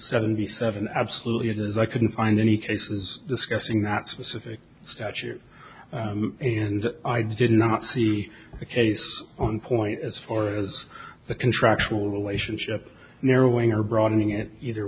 seventy seven absolutely it is i couldn't find any cases discussing that specific statute and i did not see a case on point as far as the contractual relationship narrowing or broadening it either